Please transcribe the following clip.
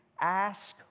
ask